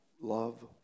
love